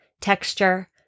texture